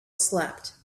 slept